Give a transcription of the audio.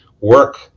work